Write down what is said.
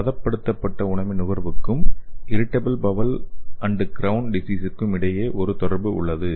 பதப்படுத்தப்பட்ட உணவுகளின் நுகர்வுக்கும் இர்ரிடபுல் பவுல் அண்ட் கிரவுன் டிசீசுக்கும் இடையே ஒரு தொடர்பு உள்ளது